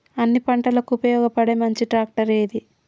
అన్ని పంటలకు ఉపయోగపడే మంచి ట్రాక్టర్ ఏది?